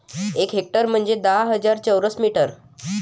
एक हेक्टर म्हंजे दहा हजार चौरस मीटर